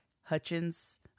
hutchins